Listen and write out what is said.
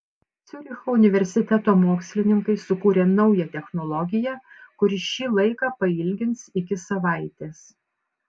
ciuricho universiteto mokslininkai sukūrė naują technologiją kuri šį laiką pailgins iki savaitės